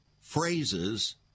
phrases